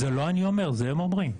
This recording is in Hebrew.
זה לא אני אומר זה הם אומרים.